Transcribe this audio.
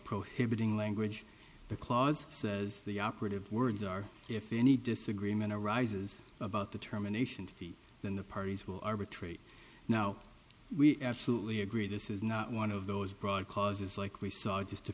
prohibiting language the clause says the operative words are if any disagreement arises about the terminations feet then the parties will arbitrate no we absolutely agree this is not one of those broad causes like we saw just a